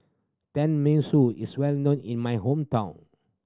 tenmusu is well known in my hometown